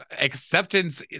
acceptance